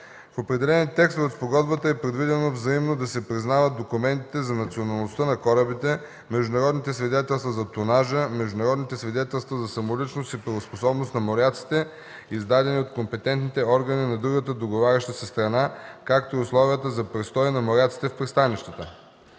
В определени текстове от спогодбата е предвидено взаимно да се признават документите за националността на корабите, международните свидетелства за тонажа, международните свидетелства за самоличност и правоспособност на моряците, издадени от компетентните органи на другата договаряща се страна, както и условията за престой на моряците в пристанищата.